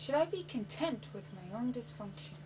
should i be content with my own dysfunction